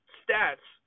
stats